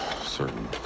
certain